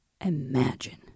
imagine